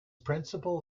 principal